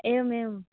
एवं एवं